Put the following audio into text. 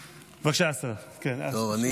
טוב,